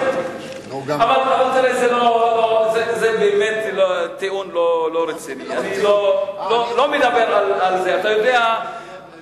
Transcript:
אבל זה טיעון לא רציני, אני לא מדבר על זה, תעזוב.